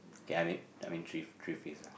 kay I mean I mean three three phrase lah